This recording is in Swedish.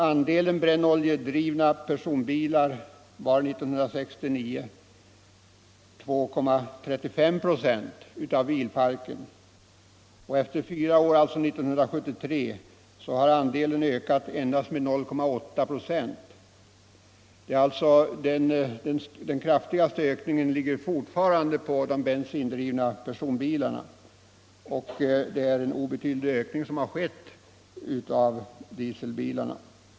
Andelen brännoljedrivna personbilar var år 1969 2,35 procent. Efter fyra år, alltså 1973, har andelen endast ökat med 0,8 procent. Den kraftigaste ökningen faller fortfarande på de bensindrivna personbilarna. Det är i sammanhanget endast en obetydlig ökning som skett av antalet dieselbilar.